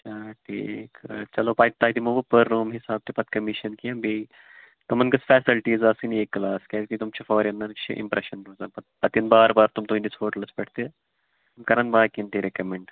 اچھا ٹھیٖک چلو پتہٕ تۄہہِ دِمو بہٕ پٔر روٗم حِسابہٕ تہِ پَتہٕ کٔمِشَن کیٚنٛہہ بیٚیہِ تمَن گژھِ فیسَلٹیٖز آسٕنۍ اے کلاس کیٛازِ کہِ تِم چھِ فارِنَر یہِ چھِ اِمپرٛیشَن روزان پَتہٕ پَتہٕ یِن بار بار تِم تُہٕنٛدِس ہوٹلَس پٮ۪ٹھ تہِ تم کَرَن باقٕیَن تہِ رکَمنٛڈ